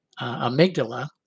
amygdala